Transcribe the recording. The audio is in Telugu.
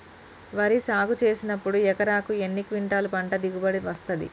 వరి సాగు చేసినప్పుడు ఎకరాకు ఎన్ని క్వింటాలు పంట దిగుబడి వస్తది?